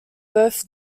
both